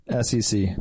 SEC